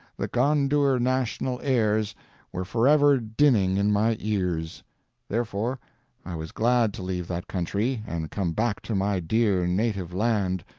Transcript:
the gondour national airs were forever dinning in my ears therefore i was glad to leave that country and come back to my dear native land,